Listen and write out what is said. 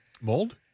Mold